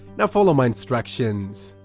now follow my instructions.